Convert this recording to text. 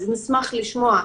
אשמח לשמוע,